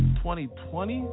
2020